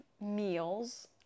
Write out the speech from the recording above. meals